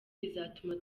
bizatuma